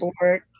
board